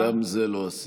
גם את זה לא עשיתי.